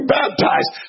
baptized